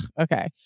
okay